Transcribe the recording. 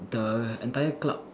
the entire club